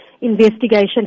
investigation